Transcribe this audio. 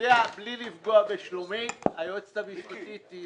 בלי לפגוע בשלומית היועצת המשפטית, היא